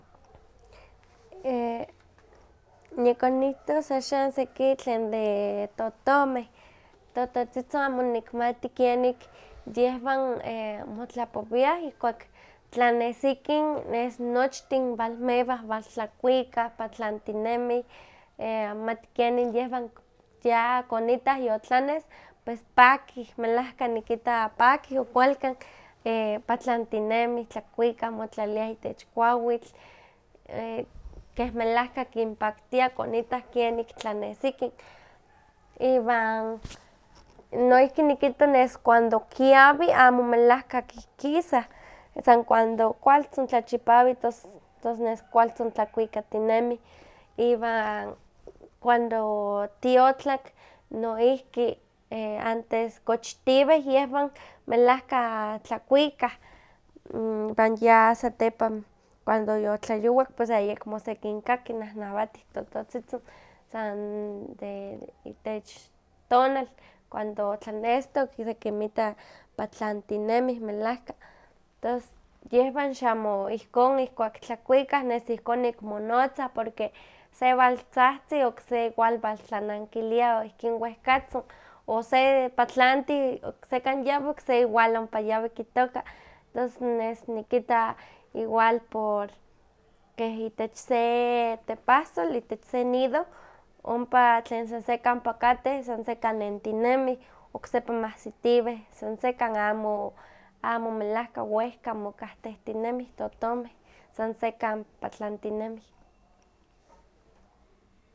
E- nikonihtos axan seki tlen de totomeh, tototzitzin amo nikmati kenik yehwan e- motlaihkuak tlanesikin nes nochtin walmewah, waltlakuikah, patlantinemih, e- amati kenin ya konitta yotlaneski, pos pakih, melahka nikita pakih ok kualkan, e- patlantinemih tlakuikah, motlaliah itech kuawitl, e- keh melahka kinpaktiah konitta kenik tlanesikin. Iwan noihki nikita nes cuando kiawi amo melahka kihkisa, san cuando kualtzin tlachipawi tos nes kualtzin lakuikatinemih, iwan cuando tiotlak noihki antes kochitiwih, yehwan melahka tlakuikah, iwan ya satepan cuando yotlayowak ayekmo sekinkaki nahnawatih totohtzitzin san de de ich tonal cuando tlanestok sekinmita patlantinemih melahka, tos yehwan xamo ihkon ihkuak tlakuikah ihkon in monotzah porque sewaltzahtzi, okse waltlanankilia ihkin wehkatzin, o se patlantiw oksekan yawi, okse igual ompa yawi kitoka. Tos nes nikita igual por keh itech se tepahsol, itech se nido, ompa tlen san sekan ompa kateh, san sekan nentinemih, oksepa mahsitiwih san sekan, amo melahka wehka mokahtehtinemih totomeh, san sekan patlantinemih.